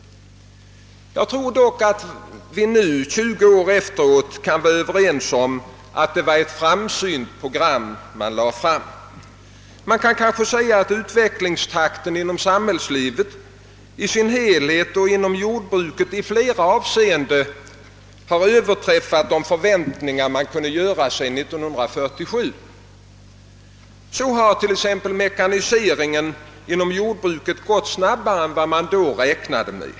Jag tror dock att vi nu, 20 år efteråt, kan vara Ööverens om att det var ett framsynt program som lades fram. Man kan kanske säga att utvecklingstakten både inom jordbruket och inom näringslivet i dess helhet i flera avseenden har överträffat de förväntningar som man kunde ställa 1947. Så har t.ex. mekaniseringen inom jordbruket gått snabbare än man då beräknade.